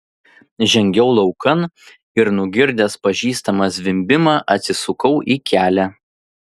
žengiau laukan ir nugirdęs pažįstamą zvimbimą atsisukau į kelią